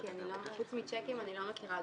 איך הוא יוכיח את זה?